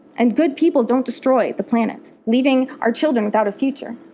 and good people don't destroy the planet, leaving our children without a future.